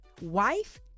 wife